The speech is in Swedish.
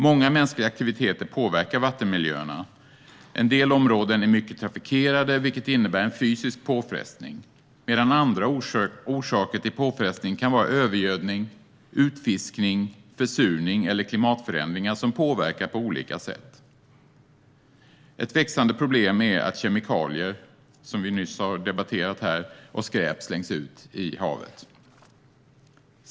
Många mänskliga aktiviteter påverkar vattenmiljöerna. En del områden är mycket trafikerade, vilket innebär en fysisk påfrestning. Andra orsaker till påfrestning kan vara övergödning, utfiskning, försurning eller klimatförändringar som påverkar på olika sätt. Ett växande problem är att kemikalier, som vi nyss har debatterat här, och skräp släpps ut i havet.